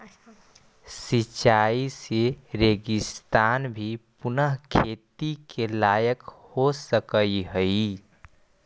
सिंचाई से रेगिस्तान भी पुनः खेती के लायक हो सकऽ हइ